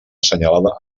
assenyalada